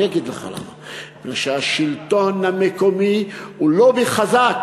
אני אגיד לך למה: מפני שהשלטון המקומי הוא לובי חזק.